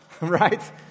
Right